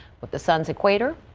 but the sun's equator.